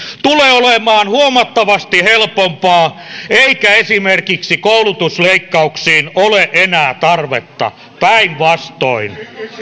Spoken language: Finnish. tulee olemaan huomattavasti helpompaa eikä esimerkiksi koulutusleikkauksiin ole enää tarvetta päinvastoin